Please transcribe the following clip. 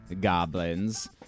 Goblins